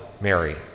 Mary